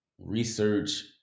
research